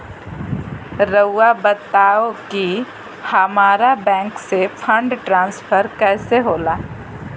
राउआ बताओ कि हामारा बैंक से फंड ट्रांसफर कैसे होला?